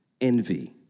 envy